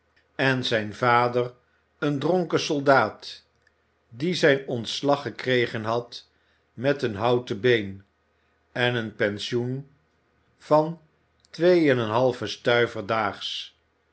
en zijn vader een dronken soldaat die zijn ontslag gekregen had met een houten been en een pensioen van twee en een halven stuiver daags